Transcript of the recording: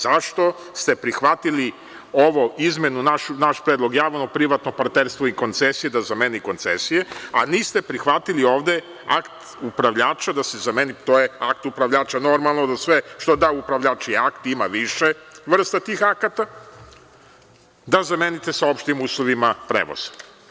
Zašto ste prihvatili ovu izmenu naš predlog - javno privatno partnerstvo i koncesija da zameni - koncesije, a niste prihvatili ovde akt upravljača da se zameni, to je akt upravljača normalno za sve što da upravljač akt, ima više vrsta tih akata, da zamenite sa opštim uslovima prevoza.